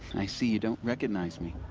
i see you don't recognize me.